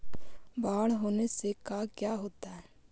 बाढ़ होने से का क्या होता है?